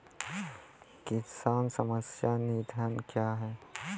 किसान सम्मान निधि क्या हैं?